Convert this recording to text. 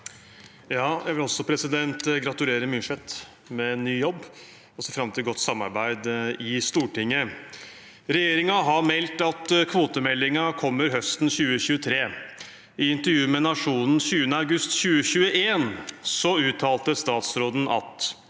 Jeg vil også gratule- re Myrseth med ny jobb og ser fram til godt samarbeid i Stortinget. «Regjeringen har meldt at kvotemeldingen kommer høsten 2023. I intervju med Nationen 20. august 2021 uttalte statsråden at